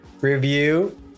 review